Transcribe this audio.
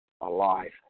alive